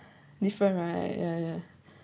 different right ya ya